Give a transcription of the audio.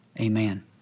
amen